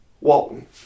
Walton